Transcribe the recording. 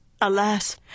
Alas